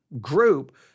group